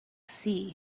sea